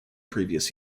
previous